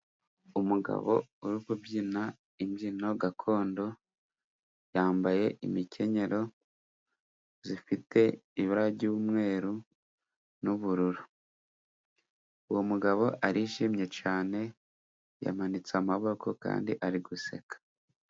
Umugabo uri kubyina imbyino gakondo yambaye imkenyero ifite iba ry'umweru n'ubururu, uwo mugabo arishimye cyane yamanitse amaboko kandi ari guseka.